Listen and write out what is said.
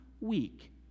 week